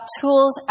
tools